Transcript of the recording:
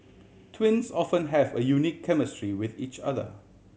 twins often have a unique chemistry with each other